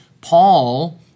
Paul